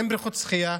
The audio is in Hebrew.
אין בריכות שחייה,